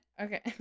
Okay